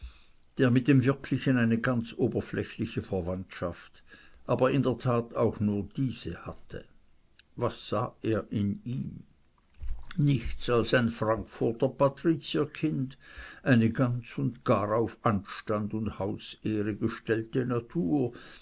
der mit dem wirklichen eine ganz oberflächliche verwandtschaft aber in der tat auch nur diese hatte was sah er in ihm nichts als ein frankfurter patrizierkind eine ganz und gar auf anstand und hausehre gestellte natur